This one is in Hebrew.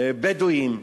בדואים,